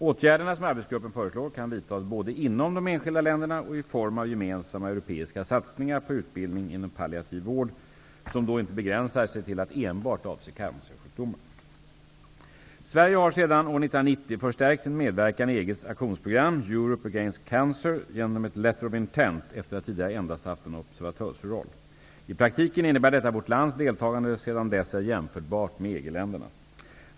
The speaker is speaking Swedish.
Åtgärderna som arbetsgruppen föreslår kan vidtas både inom de enskilda länderna och i form av gemensamma europeiska satsningar på utbildning inom palliativ vård, som då inte begränsar sig till att enbart avse cancersjukdomar. Sverige har sedan år 1990 förstärkt sin medverkan i genom ett ''letter of intent'' efter att tidigare endast ha haft en observatörsroll. I praktiken innebär detta att vårt lands deltagare sedan dess är jämförbart med EG-ländernas.